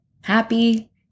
Happy